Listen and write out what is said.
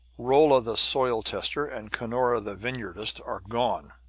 rolla, the soil-tester, and cunora, the vineyardist, are gone.